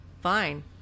Fine